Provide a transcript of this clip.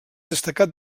destacat